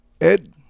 Ed